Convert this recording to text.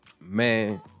man